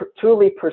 truly